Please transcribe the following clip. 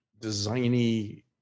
designy